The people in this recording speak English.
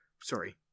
Sorry